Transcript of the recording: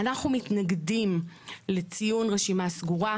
אנחנו מתנגדים לציון רשימה סגורה.